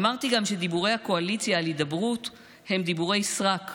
אמרתי גם שדיבורי הקואליציה על הידברות הם דיבורי סרק,